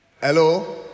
Hello